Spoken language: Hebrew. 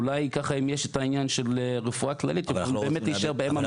אולי אם יש העניין של רפואה כללית הם יוכלו להישאר במחלקה.